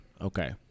Okay